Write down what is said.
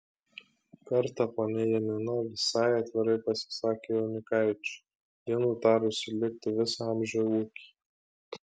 kartą ponia janina visai atvirai pasisakė jaunikaičiui ji nutarusi likti visą amžių ūkyje